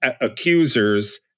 accusers